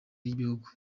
y’ibihugu